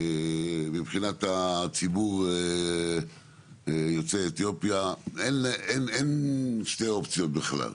מבחינת הציבור יוצאי אתיופיה אין שתי אופציות בכלל.